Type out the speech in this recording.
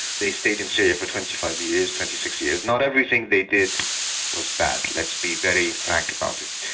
they stayed in syria for twenty five years, twenty six years, not everything they did was bad, let's be very frank about it.